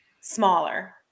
smaller